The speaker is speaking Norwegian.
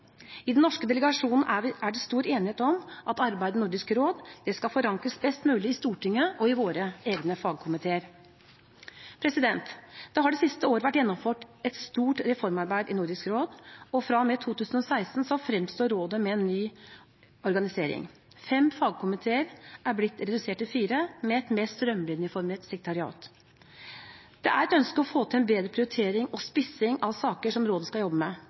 I den norske delegasjonen er det stor enighet om at arbeidet i Nordisk råd skal forankres best mulig i Stortinget og i våre egne fagkomiteer. Det har det siste året vært gjennomført et stort reformarbeid i Nordisk råd, og fra og med 2016 fremstår rådet med en ny organisering. Fem fagkomiteer er blitt redusert til fire, og med et mer strømlinjeformet sekretariat. Det er et ønske å få til en bedre prioritering og spissing av saker som rådet skal jobbe med.